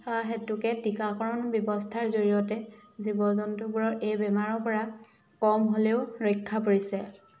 হেতুকে টিকাকৰণ ব্যৱস্থাৰ জৰিয়তে জীৱ জন্তুবোৰৰ এই বেমাৰৰ পৰা কম হ'লেও ৰক্ষা পৰিছে